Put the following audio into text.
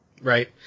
Right